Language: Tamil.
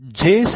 J C